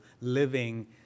living